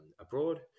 abroad